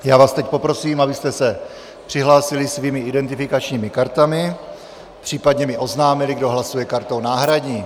Já vás teď poprosím, abyste se přihlásili svými identifikačními kartami, případně mi oznámili, kdo hlasuje kartou náhradní.